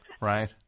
Right